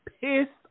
pissed